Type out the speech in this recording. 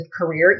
career